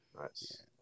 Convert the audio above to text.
Nice